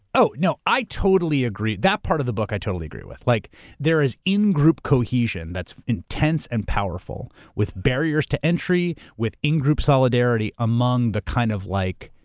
oh no, i totally agree. that part of the book i totally agree with. like there is in-group cohesion that's intense and powerful with barriers to entry, with in-group solidarity, among the kind of like,